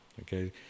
okay